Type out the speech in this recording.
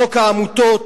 חוק העמותות,